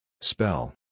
Spell